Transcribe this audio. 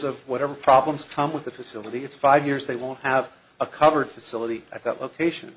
of whatever problems time with the facility it's five years they will have a covered facility at that location